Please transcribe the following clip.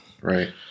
Right